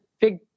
big